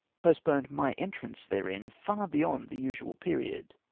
postponed my entrance therein far beyond the usual period.